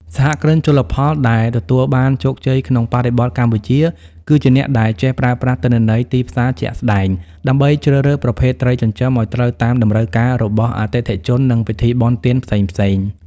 សហគ្រិនជលផលដែលទទួលបានជោគជ័យក្នុងបរិបទកម្ពុជា គឺជាអ្នកដែលចេះប្រើប្រាស់ទិន្នន័យទីផ្សារជាក់ស្ដែង ដើម្បីជ្រើសរើសប្រភេទត្រីចិញ្ចឹមឱ្យត្រូវតាមតម្រូវការរបស់អតិថិជន និងពិធីបុណ្យទានផ្សេងៗ។